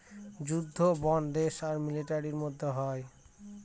যুদ্ধ বন্ড দেশ আর মিলিটারির মধ্যে হয়